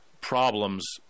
problems